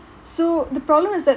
so the problem is that people